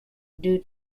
due